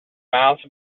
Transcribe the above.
mouths